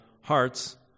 hearts